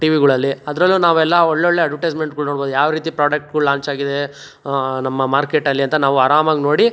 T ವಿಗಳಲ್ಲಿ ಅದರಲ್ಲೂ ನಾವೆಲ್ಲ ಒಳ್ಳೊಳ್ಳೆ ಅಡ್ವರ್ಟೈಸ್ಮೆಂಟ್ಗಳು ನೋಡ್ಬೌದು ಯಾವರೀತಿ ಪ್ರಾಡಕ್ಟ್ಗಳು ಲಾಂಚಾಗಿದೆ ನಮ್ಮ ಮಾರ್ಕೆಟಲ್ಲಿ ಅಂತ ನಾವು ಆರಾಮಾಗಿ ನೋಡಿ